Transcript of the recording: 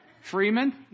Freeman